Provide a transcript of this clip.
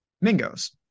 Mingo's